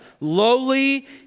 lowly